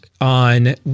on